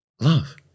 love